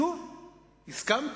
שוב, הסכמתי.